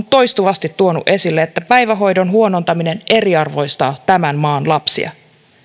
toistuvasti tuoneet esille että päivähoidon huonontaminen eriarvoistaa tämän maan lapsia